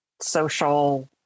social